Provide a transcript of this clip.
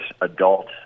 adult